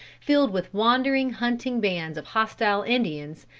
filled with wandering hunting bands of hostile indians,